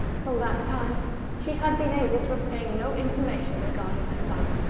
from that time she had been able to obtain no information regarding her son.